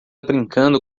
brincando